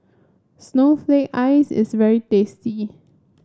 Snowflake Ice is very tasty